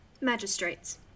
Magistrates